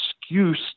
excuse